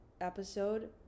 episode